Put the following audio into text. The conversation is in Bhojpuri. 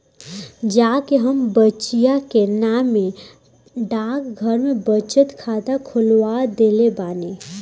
जा के हम बचिया के नामे डाकघर में बचत खाता खोलवा देले बानी